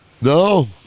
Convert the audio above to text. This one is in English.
No